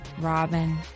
Robin